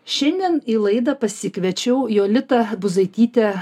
šiandien į laidą pasikviečiau jolitą buzaitytę